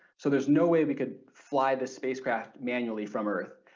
so there's no way we could fly this spacecraft manually from earth.